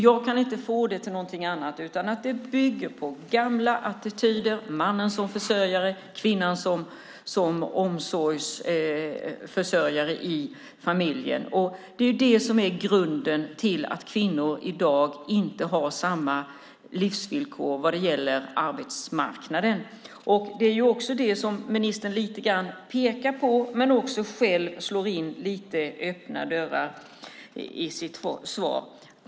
Jag kan inte få det till någonting annat än att det bygger på gamla attityder med mannen som försörjare och kvinnan som omsorgsförsörjare i familjen. Det är grunden till att kvinnor i dag inte har samma livsvillkor när det gäller arbetsmarknaden. Det är det ministern lite grann pekar på, men han slår också in öppna dörrar i sitt svar.